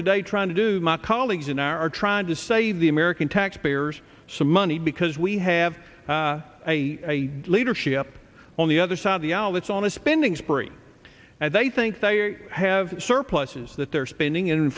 today trying to do my colleagues in are trying to save the american taxpayers some money because we have a leadership on the other side of the aisle that's on a spending spree and they think they have surpluses that they're spending